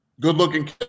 Good-looking